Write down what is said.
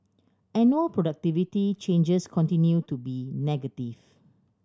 annual productivity changes continue to be negative